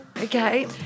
Okay